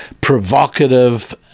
provocative